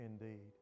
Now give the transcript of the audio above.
indeed